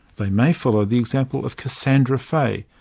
they may follow the example of cassandra fahey,